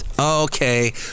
Okay